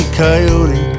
coyote